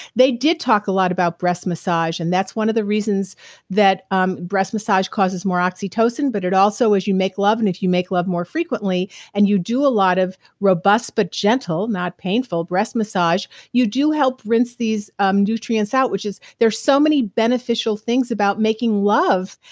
they did talk a lot about breast massage and that's one of the reasons that um breast massage causes more oxytocin, but it also as you make love and if you make love more frequently and you do a lot of robust but gentle, not painful breast massage, you do help rinse these um nutrients out which is there's so many beneficial things about making love.